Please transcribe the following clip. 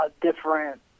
different